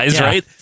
right